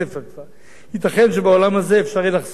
ייתכן שבעולם הזה אפשר יהיה לחסוך לא מעט כסף